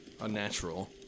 unnatural